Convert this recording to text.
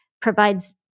provides